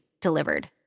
delivered